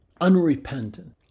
unrepentant